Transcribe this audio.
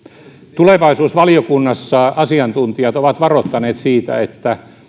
tulevaisuusvaliokunnassa asiantuntijat ovat varoittaneet siitä että